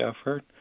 effort